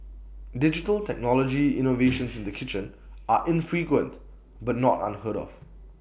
digital technology innovations in the kitchen are infrequent but not unheard of